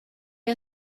are